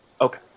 Okay